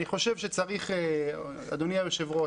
אני חושב שצריך אדוני היו"ר,